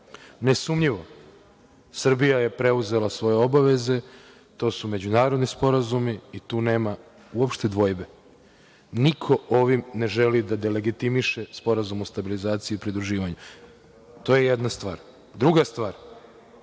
Nesumnjivo, Srbija je preuzela svoje obaveze. To su međunarodni sporazumi i tu nema dvojbe. Niko ovim ne želi da delegitimiše Sporazum o stabilizaciji i pridruživanju. To je jedna stvar. Druga stvar,